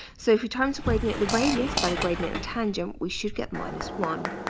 so if you're trying to braiding at the radius by the gradient of tangent, we should get minus one